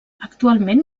actualment